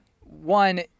one